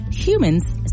humans